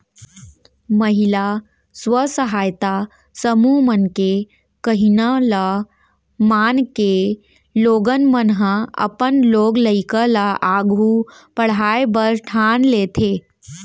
महिला स्व सहायता समूह मन के कहिना ल मानके लोगन मन ह अपन लोग लइका ल आघू पढ़ाय बर ठान लेथें